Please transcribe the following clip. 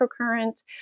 microcurrent